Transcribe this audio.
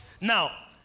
Now